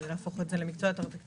כדי להפוך את זה למקצוע יותר אטרקטיבי.